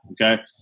Okay